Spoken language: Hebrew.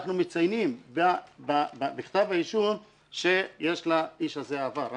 אנחנו מציינים בכתב האישום שיש לאיש הזה עבר.